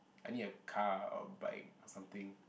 I need a car or bike or something